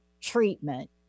treatment